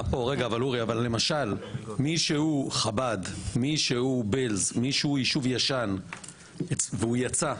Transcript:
אבל למשל מי שהוא חב"ד, בעלז, יישוב ישן והוא יצא,